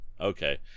Okay